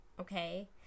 okay